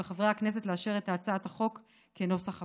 לחברי הכנסת לאשר את הצעת החוק כנוסח הוועדה.